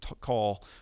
call